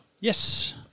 Yes